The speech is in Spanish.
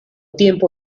tiempo